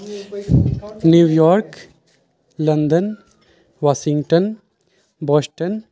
New York London Washington Boston